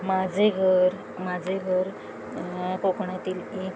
माझे घर माझे घर कोकणातील एक